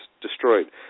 destroyed